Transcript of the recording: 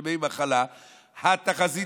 התחזית,